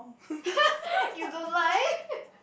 you don't like